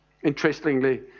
Interestingly